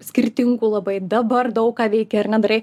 skirtingų labai dabar daug ką veiki ar ne darai